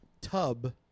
tub